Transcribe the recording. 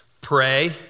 Pray